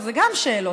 אלה גם שאלות,